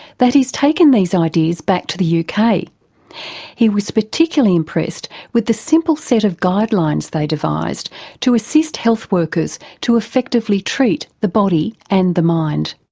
that he's taken these ideas back to the uk. kind of he was particularly impressed with the simple set of guidelines they devised to assist health workers to effectively treat the body and the mind.